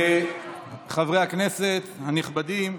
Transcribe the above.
חברי הכנסת הנכבדים,